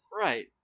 right